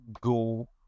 go